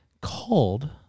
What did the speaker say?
called